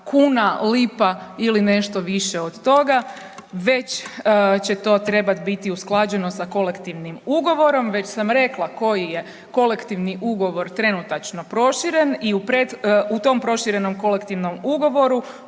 kuna, lipa ili nešto više od toga, već će to trebat biti usklađeno sa kolektivnim ugovorom. Već sam rekla koji je kolektivni ugovor trenutačno proširen i u tom proširenom kolektivnom ugovoru